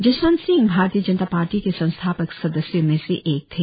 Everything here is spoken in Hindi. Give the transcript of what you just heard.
जसवंत सिंह भारतीय जनता पार्टी के संस्थापक सदस्यों में से एक थे